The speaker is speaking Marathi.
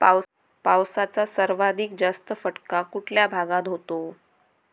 पावसाचा सर्वाधिक जास्त फटका कुठल्या भागात होतो?